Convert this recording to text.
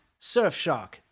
Surfshark